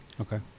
okay